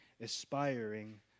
aspiring